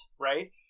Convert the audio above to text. right